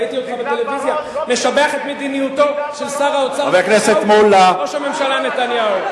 ראיתי אותך בטלוויזיה משבח את המדיניות של שר האוצר וראש הממשלה נתניהו.